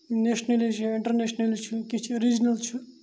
nationally چھِ internationally چھُ کیٚنٛہہ چھُ ریٖجنل چھُ